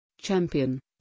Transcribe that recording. Champion